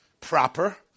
proper